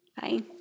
Bye